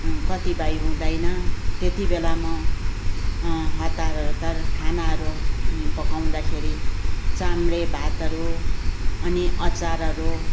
कतिपय हुँदैन त्यति बेला म हतारहतार खानाहरू अनि पकाउँदाखेरि चाम्रे भातहरू अनि अचारहरू